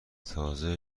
تازه